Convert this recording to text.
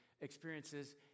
experiences